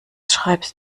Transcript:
schreibst